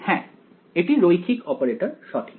হ্যাঁ এটি রৈখিক অপারেটর সঠিক